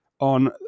on